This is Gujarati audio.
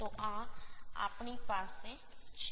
તો આ આપણી પાસે છે